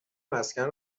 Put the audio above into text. مسکن